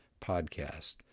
podcast